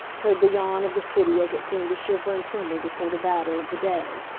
heard the yawn of the city as it seemed to shiver and tremble before the battle of the day.